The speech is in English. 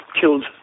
killed